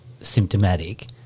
symptomatic